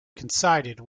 coincided